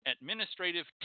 administrative